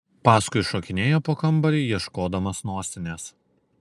paskui šokinėja po kambarį ieškodamas nosinės